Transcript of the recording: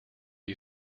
you